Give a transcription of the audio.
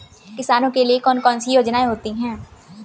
किसानों के लिए कौन कौन सी योजनायें होती हैं?